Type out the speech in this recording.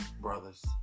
brothers